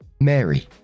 Mary